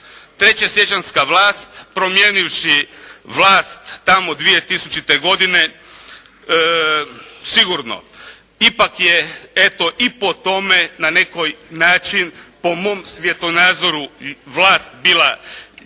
Trećesiječanjska vlast promijenivši vlast tamo 2000. godine sigurno ipak je eto i po tome na neki način po mom svjetonazoru vlast bila lijevog